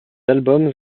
albums